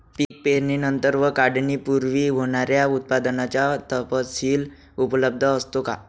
पीक पेरणीनंतर व काढणीपूर्वी होणाऱ्या उत्पादनाचा तपशील उपलब्ध असतो का?